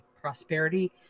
prosperity